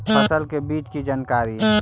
फसल के बीज की जानकारी?